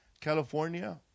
California